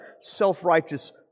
self-righteous